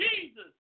Jesus